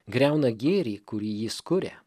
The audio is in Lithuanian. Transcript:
griauna gėrį kurį jis kuria